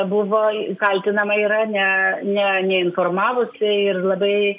buvo kaltinama yra ne ne neinformavusi ir labai